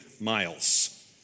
miles